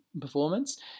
performance